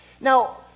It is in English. Now